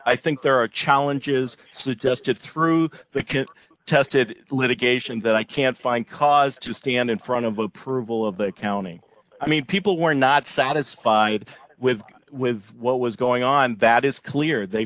i think there are challenges suggested through the can tested litigation that i can't find cause to stand in front of approval of the county i mean people were not satisfied with with what was going on that is clear they